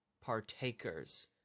partakers